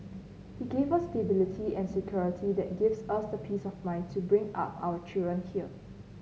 he gave us stability and security that gives us the peace of mind to bring up our children here